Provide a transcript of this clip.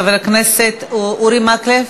חבר הכנסת אורי מקלב.